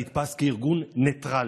נתפס כארגון ניטרלי,